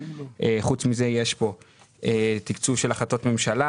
חוץ מזה יש פה תקצוב של החלטות ממשלה